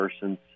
persons